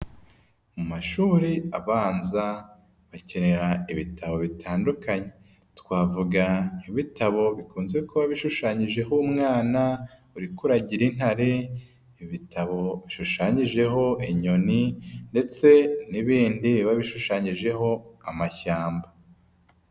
Mu mashuri abanza bakenera ibitabo bitandukanye, twavuga nk'ibitabo bikunze kuba bishushanyijeho umwana uri kuragira intare, ibitabo bishushanyijeho inyoni ndetse n'ibindi biba bishushanyijeho amashyamba.